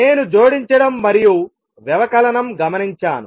నేను జోడించడం మరియు వ్యవకలనం గమనించాను